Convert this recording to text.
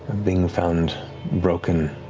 being found broken